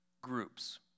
groups